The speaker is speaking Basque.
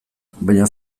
baina